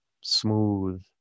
Smooth